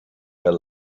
their